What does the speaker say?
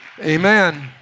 Amen